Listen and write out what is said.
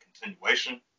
continuation